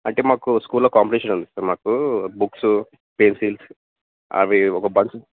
అంటే మాకు స్కూల్లో కాంపిటీషన్ ఉంది సార్ మాకు బుక్స్ పెన్సిల్స్ అవి ఒక బల్క్